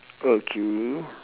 okay